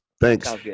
thanks